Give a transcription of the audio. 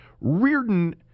Reardon